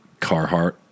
Carhartt